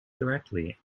directly